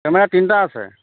camera তিনটা আছে